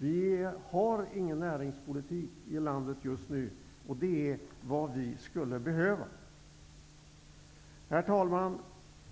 Vi har ingen näringspolitik i landet just nu. Det är vad vi skulle behöva. Herr talman!